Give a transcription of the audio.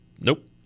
Nope